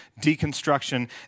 deconstruction